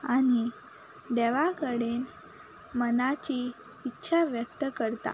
आनी देवा कडेन मनाची इत्छा व्यक्त करता